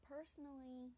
Personally